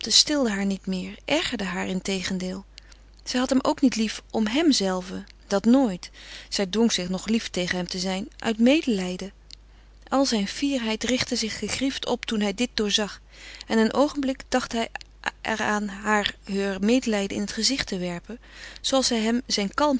stilde haar niet meer ergerde haar integendeel zij had hem ook niet lief om hemzelven dat nooit zij dwong zich nog lief tegen hem te zijn uit medelijden al zijn fierheid richtte zich gegriefd op toen hij dit doorzag en een oogenblik dacht hij er aan haar heur medelijden in het gezicht te werpen zooals zij hem zijn